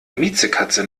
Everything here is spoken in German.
miezekatze